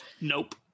Nope